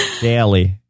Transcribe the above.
Daily